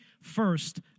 first